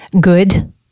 good